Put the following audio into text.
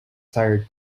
tired